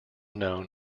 known